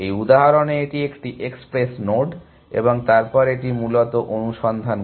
এই উদাহরণে এটি একটি এক্সপ্রেস নোড এবং তারপর এটি মূলত অনুসন্ধান করে